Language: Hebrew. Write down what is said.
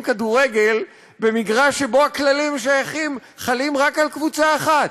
כדורגל במגרש שבו הכללים חלים רק על קבוצה אחת.